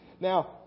Now